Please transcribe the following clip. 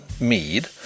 Mead